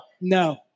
No